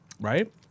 Right